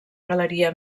galeria